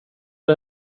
det